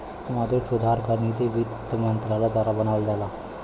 मौद्रिक सुधार क नीति वित्त मंत्रालय द्वारा बनावल जाला